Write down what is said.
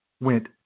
went